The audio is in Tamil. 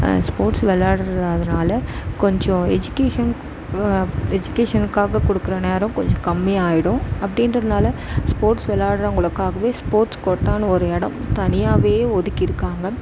ஸ்போர்ட்ஸ் விளாட்றதுறதுனால கொஞ்சம் எஜிகேஷன் எஜிகேஷன்க்காக கொடுக்குற நேரம் கொஞ்சம் கம்மியாகிடும் அப்படின்றதுனால ஸ்போர்ட்ஸ் விளாட்றவுங்களுக்காகவே ஸ்போர்ட்ஸ் கோட்டான்னு ஒரு இடம் தனியாவே ஒதுக்கிருக்காங்க